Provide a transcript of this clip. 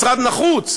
משרד נחוץ?